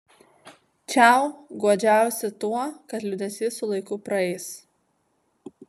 čiau guodžiausi tuo kad liūdesys su laiku praeis